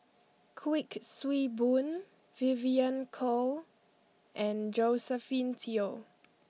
Kuik Swee Boon Vivien Goh and Josephine Teo